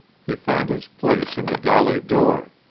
he found his place in the galley door.